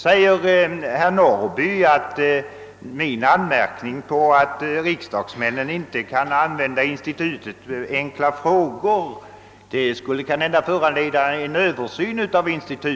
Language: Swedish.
Herr Norrby säger att min anmärkning att riksdagsmännen inte kan använda frågeinstitutet kanske borde föranleda en översyn av detta.